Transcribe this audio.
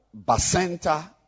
basenta